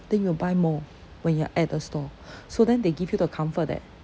then you will buy more when you are at the store so then they give you the comfort that